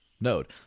node